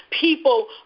People